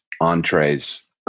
entrees